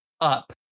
up